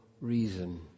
reason